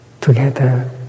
together